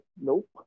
nope